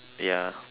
ya